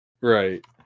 Right